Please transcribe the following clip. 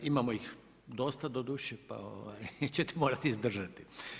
Imamo ih dosta doduše pa ćete morati izdržati.